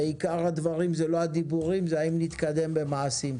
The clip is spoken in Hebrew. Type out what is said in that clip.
עיקר הדברים זה לא הדיבורים אלא זה האם נתקדם במעשים,